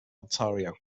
ontario